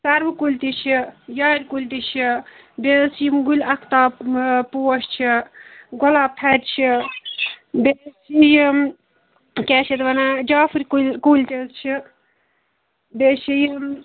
سَروٕ کُلۍ تہِ چھِ یارِ کُلۍ تہِ چھِ بیٚیہِ حظ چھِ یِم گُلہِ آفتاب پوش چھِ گۄلاب تھرِ چھِ بیٚیہِ حظ چھِ یِم کیاہ چھِ یَتھ وَنان جافٕر کُلۍ کُلۍ تہِ حظ چھِ بیٚیہِ چھِ یِم